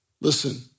Listen